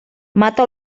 mata